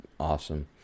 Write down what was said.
Awesome